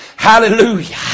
hallelujah